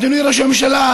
אדוני ראש הממשלה,